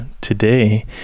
Today